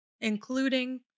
including